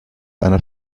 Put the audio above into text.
einer